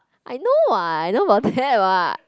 I know what I know about that what